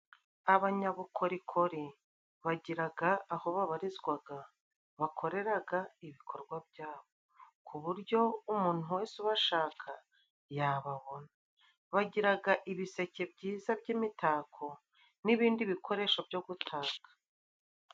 Abanyabukorikori bagiraga aho babarizwaga bakoreraga ibikorwa byabo. Ku buryo umuntu wese ubashaka yababona. Bagiraga ibiseke byiza by'imitako n'ibindi bikoresho byo gutaka.